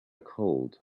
cold